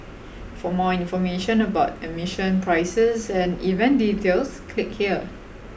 for more information about admission prices and event details click here